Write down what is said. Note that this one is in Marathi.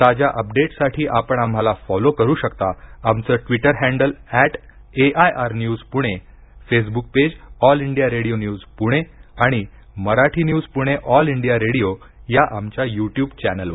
ताज्या अपडेट्ससाठी आपण आम्हाला फॉलो करु शकता आमचं Twitter handle at AIR news Pune Facebook page all India radio news Pune आणि Marathi news Pune all India radio या आमच्या युट्युब चॅनेलवर